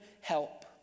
help